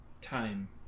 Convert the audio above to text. time